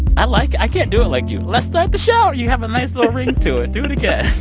i like i can't do it like you. let's start the show. you have a nice little ring to it. do it again